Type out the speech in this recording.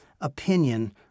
opinion